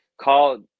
call